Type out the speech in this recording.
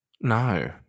No